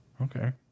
Okay